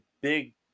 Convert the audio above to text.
big